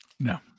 No